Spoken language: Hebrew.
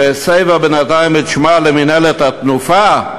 שהסבה בינתיים את שמה למינהלת "תנופה".